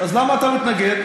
אז למה אתה מתנגד?